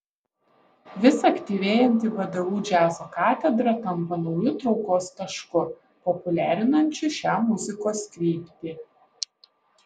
vis aktyvėjanti vdu džiazo katedra tampa nauju traukos tašku populiarinančiu šią muzikos kryptį